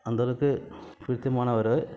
அந்தளவுக்கு பிடித்தமானவர்